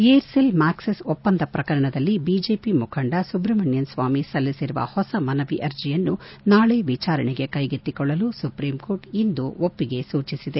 Aircel Maxis ಒಪ್ಸಂದ ಪ್ರಕರಣದಲ್ಲಿ BJP ಮುಖಂಡ ಸುಬ್ರಮಣ್ಣನ್ ಸ್ನಾಮಿ ಸಲ್ಲಿಸಿರುವ ಹೊಸ ಮನವಿ ಅರ್ಜಿಯನ್ನು ನಾಳೆ ವಿಚಾರಣೆಗೆ ಕೈಗೆತ್ಸಿಕೊಳ್ಲಲು ಸುಪ್ರೀಂಕೋರ್ಟ್ ಇಂದು ಒಪ್ಪಿಗೆ ಸೂಚಿಸಿದೆ